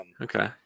Okay